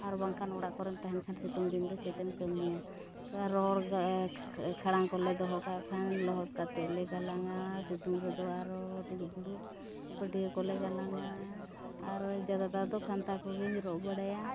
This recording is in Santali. ᱟᱨ ᱵᱟᱠᱷᱟᱱ ᱚᱲᱟᱜ ᱠᱚᱨᱮᱢ ᱛᱟᱦᱮᱱ ᱠᱷᱟᱱ ᱥᱤᱛᱩᱝ ᱫᱤᱱ ᱫᱚ ᱪᱮᱫ ᱮᱢ ᱠᱟᱹᱢᱤᱭᱟ ᱨᱚᱦᱚᱲ ᱠᱷᱟᱲᱟᱝ ᱠᱚᱞᱮ ᱫᱚᱦᱚ ᱠᱟᱜ ᱠᱷᱟᱱ ᱞᱚᱦᱚᱫ ᱠᱟᱛᱮᱫ ᱞᱮ ᱜᱟᱞᱟᱝᱟ ᱥᱤᱛᱩᱝ ᱨᱮᱫᱚ ᱟᱨᱚ ᱫᱩᱲᱩᱵ ᱫᱩᱲᱩᱵ ᱯᱟᱹᱴᱭᱟᱹ ᱠᱚᱞᱮ ᱜᱟᱞᱟᱝᱼᱟ ᱟᱨ ᱡᱟᱫᱟ ᱫᱚ ᱠᱟᱱᱛᱷᱟ ᱠᱚᱜᱮᱧ ᱨᱚᱜ ᱵᱟᱲᱟᱭᱟ